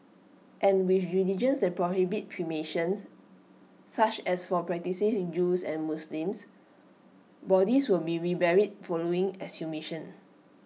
and with religions that prohibit cremation such as for practising Jews and Muslims bodies will be reburied following exhumation